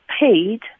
paid